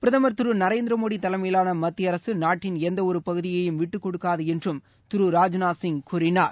பிரதமர் திரு நரேந்திர மோடி தலைமையிலான மத்திய அரசு நாட்டின் எந்த ஒரு பகுதியையும் விட்டுக் கொடுக்காது என்று திரு ராஜ்நாத் சிங் கூறினார்